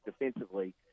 defensively